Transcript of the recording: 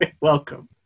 welcome